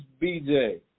BJ